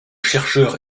chercheur